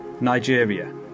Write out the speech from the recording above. Nigeria